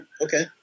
Okay